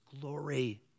glory